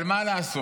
אבל מה לעשות